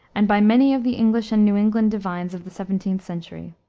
and by many of the english and new england divines of the seventeenth century.